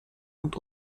und